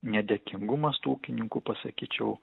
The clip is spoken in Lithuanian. nedėkingumas tų ūkininkų pasakyčiau